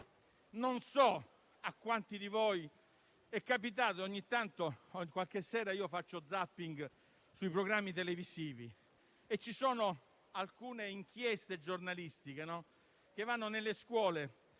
Non so a quanti di voi è capitato: ogni tanto, la sera faccio *zapping* sui programmi televisivi e ci sono alcune inchieste giornalistiche nelle quali